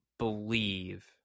believe